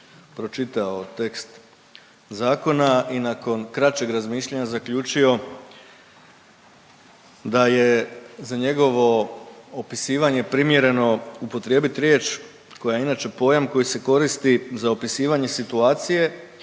pročitao tekst zakona i nakon kraćeg razmišljanja zaključio da je za njegovo opisivanje primjereno upotrijebit riječ koja je inače pojam koji se koristi za opisivanje situacije